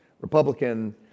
Republican